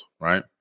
Right